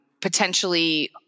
potentially